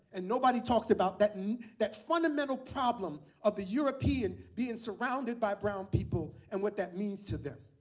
and nobody talks about that and that fundamental problem of the european being surrounded by brown people, and what that means to them.